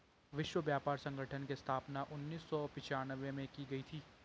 विश्व व्यापार संगठन की स्थापना उन्नीस सौ पिच्यानवे में की गई थी